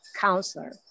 counselor